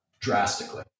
drastically